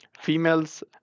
females